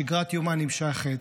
שגרת יומה נמשכת,